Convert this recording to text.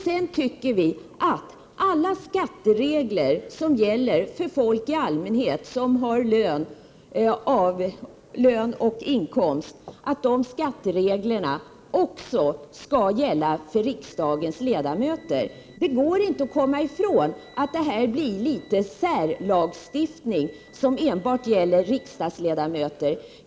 Sedan tycker vi att alla skatteregler som gäller för folk i allmänhet som har inkomst också skall gälla för riksdagens ledamöter. Det går inte att komma ifrån att det här blir litet av särlagstiftning som enbart gäller riksdagsledamöterna.